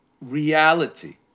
reality